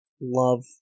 love